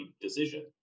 decision